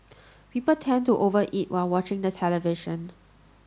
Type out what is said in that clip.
people tend to over eat while watching the television